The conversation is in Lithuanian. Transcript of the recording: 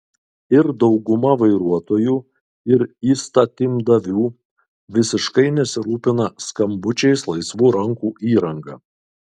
ir dauguma vairuotojų ir įstatymdavių visiškai nesirūpina skambučiais laisvų rankų įranga